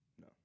No